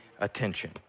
attention